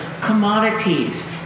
commodities